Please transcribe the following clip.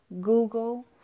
Google